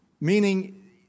meaning